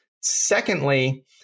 Secondly